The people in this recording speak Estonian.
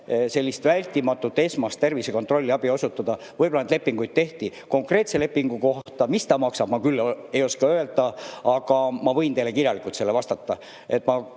esmast vältimatut tervisekontrolliabi osutada, võib-olla neid lepinguid tehti. Konkreetse lepingu kohta, ma seda, mis ta maksab, küll ei oska öelda, aga ma võin teile kirjalikult vastata.